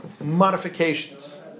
modifications